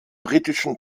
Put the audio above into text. britischen